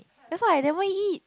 that's why I never eat